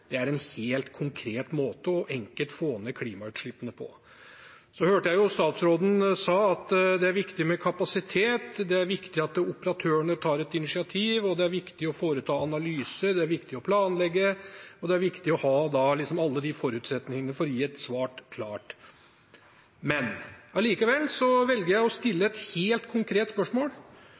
sovevogner er en helt konkret og enkel måte å få ned klimautslippene på. Så hørte jeg statsråden si at det er viktig med kapasitet, det er viktig at operatørene tar et initiativ, det er viktig å foreta analyser, det er viktig å planlegge, og det er viktig å ha alle disse forutsetningene for å gi et klart svar. Allikevel velger jeg å stille et helt konkret spørsmål: